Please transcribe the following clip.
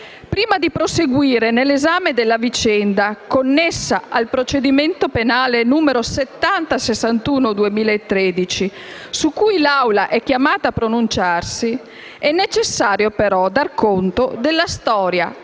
Prima di proseguire nell'esame della vicenda connessa al procedimento penale n. 7061 del 2013, su cui l'Assemblea è chiamata a pronunciarsi, è necessario dare conto della storia